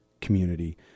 community